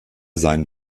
seinen